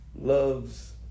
loves